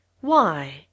Why